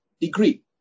degree